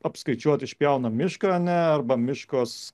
apskaičiuot išpjaunam mišką ane arba miškas